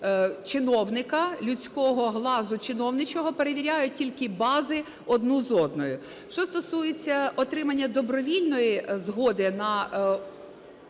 чиновника, людського глазу чиновничьего, перевіряють тільки бази одну з одною. Що стосується отримання добровільної згоди на